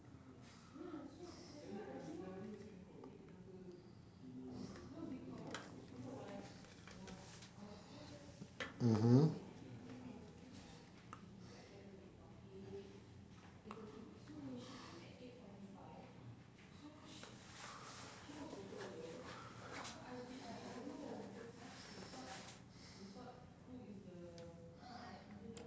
mmhmm